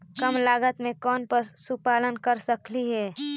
कम लागत में कौन पशुपालन कर सकली हे?